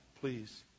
please